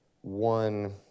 one